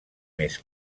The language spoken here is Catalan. més